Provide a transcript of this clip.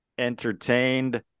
entertained